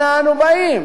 אנה אנו באים?